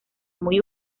muy